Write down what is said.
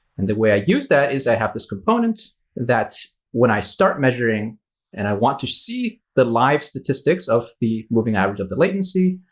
and the way i use that is i have this component that, when i start measuring and i want to see the live statistics of the moving average of the latency,